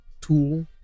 tool